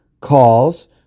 calls